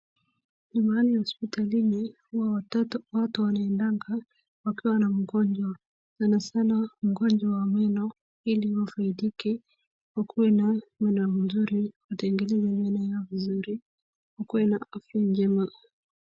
Ni mahali hospitalini, huwa watoto, watu wanaendanga, wakiwa na mgonjwa, sanasana mgonjwa wa meno ili wafaidike, wakuwe na meno mzuri, watengeneze meno yao vizuri, wakuwe na afya njema.